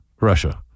Russia